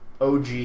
OG